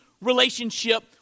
relationship